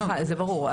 זה ברור.